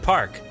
Park